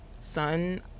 son